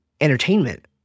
entertainment